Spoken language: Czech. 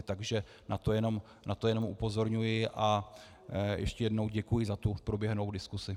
Takže na to jenom upozorňuji a ještě jednou děkuji za tu proběhlou diskusi.